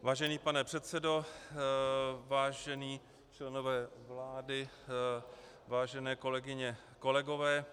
Vážený pane předsedo, vážení členové vlády, vážené kolegyně, kolegové.